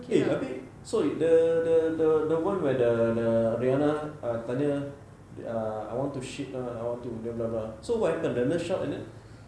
eh tapi sorry the the the the one where the rihanna err tanya err I want to shit ah I want to blah blah blah so what happen the nurse shout and then